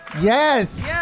Yes